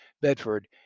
Bedford